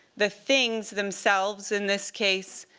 the things themselves, in this case,